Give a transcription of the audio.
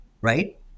Right